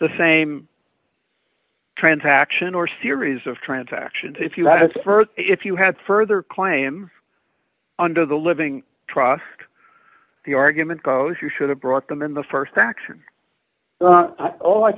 the same transaction or series of transactions if you had it st if you had further claims under the living trust the argument goes you should have brought them in the st action